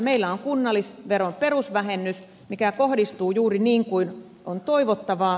meillä on kunnallisveron perusvähennys mikä kohdistuu juuri niin kuin on toivottavaa